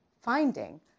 finding